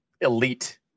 elite